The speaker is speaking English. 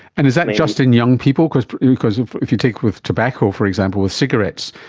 and is that just in young people, because because if if you take with tobacco for example, with cigarettes,